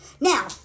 now